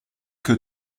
que